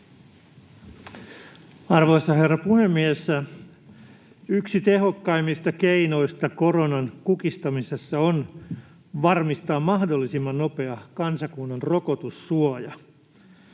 Arvoisa herra puhemies! Yksi tehokkaimmista keinoista koronan kukistamisessa on varmistaa mahdollisimman nopea kansakunnan rokotussuoja.